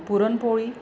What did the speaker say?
puran poli